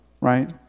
right